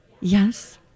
Yes